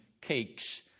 cakes